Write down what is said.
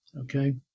okay